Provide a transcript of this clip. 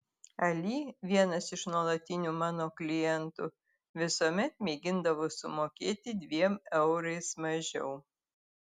ali vienas iš nuolatinių mano klientų visuomet mėgindavo sumokėti dviem eurais mažiau